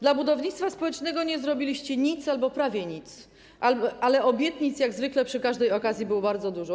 Dla budownictwa społecznego nie zrobiliście nic albo prawie nic, ale obietnic jak zwykle przy każdej okazji było bardzo dużo.